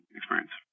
experience